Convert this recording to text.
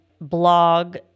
blog